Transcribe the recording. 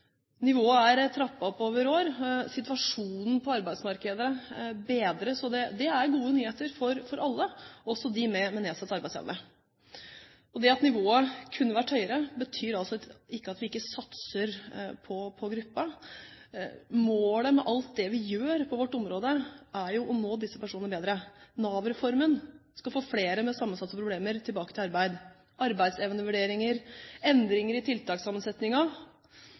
opp over år. Situasjonen på arbeidsmarkedet bedres. Det er gode nyheter for alle, også for dem med nedsatt arbeidsevne. Det at nivået kunne vært høyere, betyr altså ikke at vi ikke satser på denne gruppen. Målet med alt det vi gjør på vårt område, er jo å nå disse personene bedre. Nav-reformen skal få flere med sammensatte problemer tilbake i arbeid – arbeidsevnevurderinger, endringer i